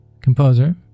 composer